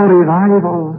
revival